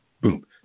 Boom